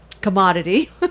commodity